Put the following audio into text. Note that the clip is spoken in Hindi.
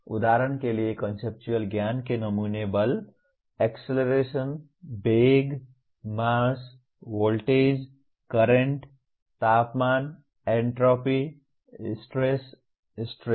उदाहरण के लिए कॉन्सेप्चुअल ज्ञान के नमूने बल एक्सेलरेशन वेग मास वोल्टेज करंट तापमान एन्ट्रापी स्ट्रेस स्ट्रेन